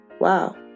Wow